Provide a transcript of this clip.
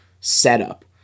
setup